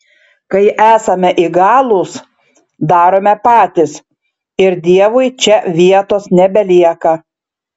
kai esame įgalūs darome patys ir dievui čia vietos nebelieka